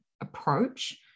approach